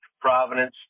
Providence